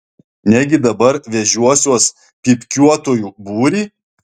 negi dabar vežiosiuos pypkiuotojų būrį